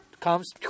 comes